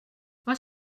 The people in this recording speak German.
was